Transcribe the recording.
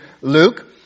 Luke